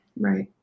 Right